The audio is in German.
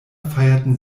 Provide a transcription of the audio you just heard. feierten